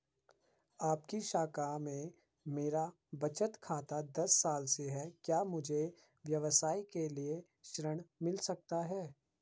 आपकी शाखा में मेरा बचत खाता दस साल से है क्या मुझे व्यवसाय के लिए ऋण मिल सकता है?